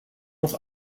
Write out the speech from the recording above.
noch